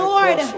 Lord